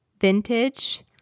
vintage